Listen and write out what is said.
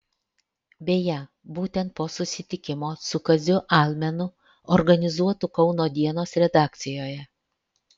beje būtent po susitikimo su kaziu almenu organizuotu kauno dienos redakcijoje